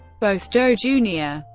both joe jr.